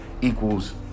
equals